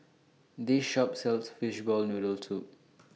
This Shop sells Fishball Noodle Soup